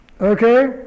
okay